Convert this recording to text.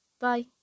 bye